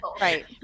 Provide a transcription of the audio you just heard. Right